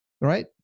right